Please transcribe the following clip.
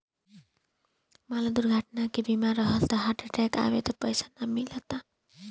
मान ल दुर्घटना के बीमा रहल त हार्ट अटैक आवे पर पइसा ना मिलता